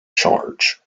charge